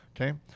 okay